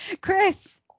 Chris